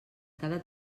cada